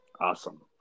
Awesome